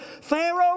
Pharaoh